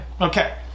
Okay